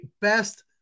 best